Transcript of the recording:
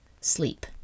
sleep